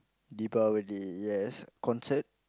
Deepavali yes concert